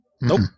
Nope